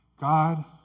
God